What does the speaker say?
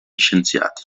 scienziati